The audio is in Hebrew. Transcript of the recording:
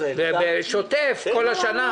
שוטף, כל השנה,